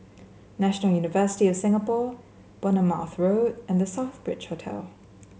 National University of Singapore Bournemouth Road and The Southbridge Hotel